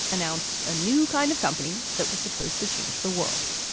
announced a new kind of company that was supposed to change the world.